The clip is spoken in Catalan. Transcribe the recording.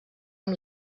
amb